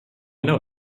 know